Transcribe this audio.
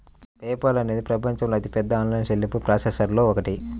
pay Paul అనేది ప్రపంచంలోని అతిపెద్ద ఆన్లైన్ చెల్లింపు ప్రాసెసర్లలో ఒకటి